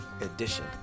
edition